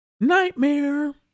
Nightmare